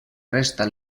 resta